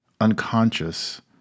unconscious